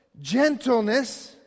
gentleness